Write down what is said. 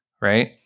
Right